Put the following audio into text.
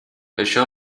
això